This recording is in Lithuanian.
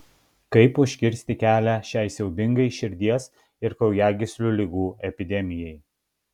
kaip užkirsti kelią šiai siaubingai širdies ir kraujagyslių ligų epidemijai